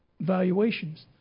valuations